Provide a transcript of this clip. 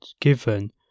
given